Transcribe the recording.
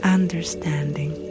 Understanding